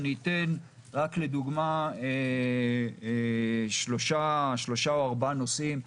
אתן לדוגמה שלושה או ארבעה נושאים.